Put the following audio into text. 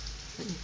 嗯